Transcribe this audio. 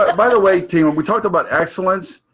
ah by the way team, when we talked about excellence.